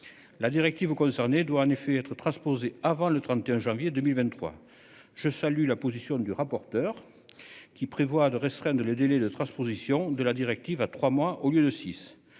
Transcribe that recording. La directive concernée doit en effet être transposées avant le 31 janvier 2023. Je salue la position du rapporteur. Qui prévoit de restreindre les délais de transposition de la directive à trois mois au lieu de 6.